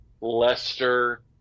Leicester